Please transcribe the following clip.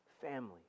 family